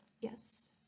Yes